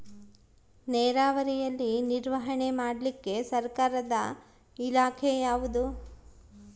ನೇರಾವರಿಯಲ್ಲಿ ನಿರ್ವಹಣೆ ಮಾಡಲಿಕ್ಕೆ ಸರ್ಕಾರದ ಇಲಾಖೆ ಯಾವುದು?